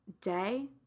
day